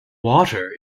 water